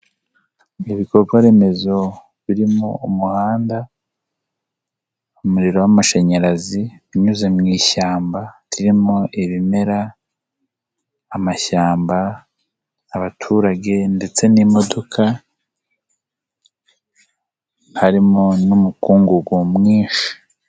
Ibikorwa remezo birimo umuhanda, umuriro w'amashanyarazi unyuze mu ishyamba ririmo ibimera, amashyamba, abaturage ndetse n'imodoka, harimo n'umukungugu mwinshi.